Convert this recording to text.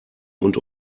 und